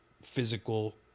Physical